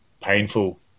painful